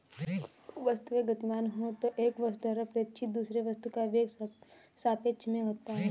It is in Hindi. वस्तुएं गतिमान हो तो एक वस्तु द्वारा प्रेक्षित दूसरे वस्तु का वेग सापेक्ष में होता है